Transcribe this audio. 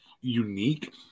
unique